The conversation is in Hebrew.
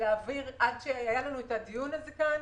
עד שהיה לנו הדיון הזה כאן,